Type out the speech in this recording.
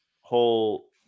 whole